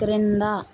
క్రింద